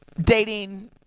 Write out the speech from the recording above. dating